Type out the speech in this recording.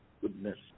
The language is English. goodness